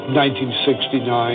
1969